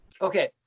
Okay